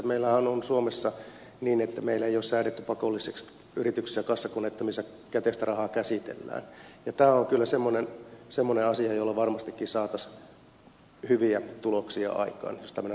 meillähän on suomessa niin että meillä ei ole säädetty pakolliseksi kassakonetta yrityksissä missä käteistä rahaa käsitellään ja tämä on kyllä semmoinen asia jolla varmastikin saataisiin hyviä tuloksia aikaan jos tällainen laki olisi